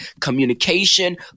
Communication